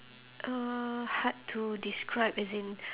uh hard to describe as in